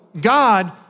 God